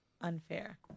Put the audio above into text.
unfair